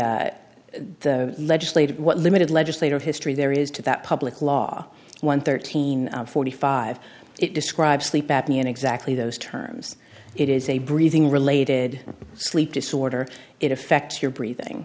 the the legislative what limited legislative history there is to that public law one thirteen forty five it describes sleep apnea in exactly those terms it is a breathing related sleep disorder it affects your breathing